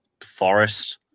Forest